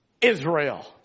Israel